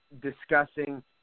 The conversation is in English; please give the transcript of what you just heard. discussing